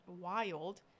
wild